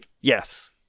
Yes